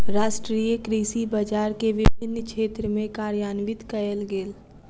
राष्ट्रीय कृषि बजार के विभिन्न क्षेत्र में कार्यान्वित कयल गेल